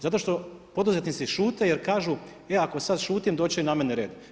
Zato što poduzetnici šute jer kažu e ako sad šutim doći će i na mene red.